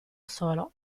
solo